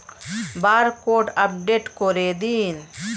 Barcode update করে দিন?